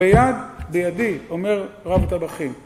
ביד... בידי, אומר רב טבחין